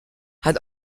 had